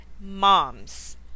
moms